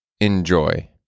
Enjoy